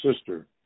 sister